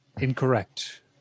Incorrect